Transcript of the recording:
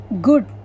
good